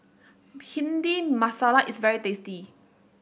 Bhindi Masala is very tasty